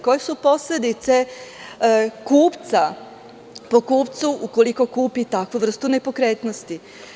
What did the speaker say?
Koje su posledice po kupcu ukoliko kupi takvu vrstu nepokretnosti?